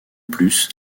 plus